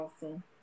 awesome